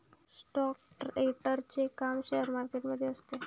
stock ट्रेडरचे काम share market मध्ये असते